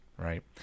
Right